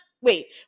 wait